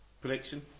prediction